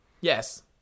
Yes